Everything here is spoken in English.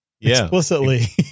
explicitly